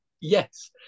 yes